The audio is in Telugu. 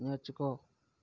నేర్చుకో